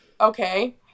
okay